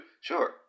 Sure